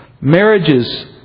Marriages